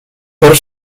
per